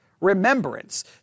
remembrance